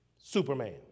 Superman